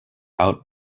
out